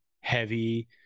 heavy